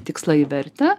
tikslai į vertę